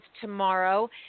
tomorrow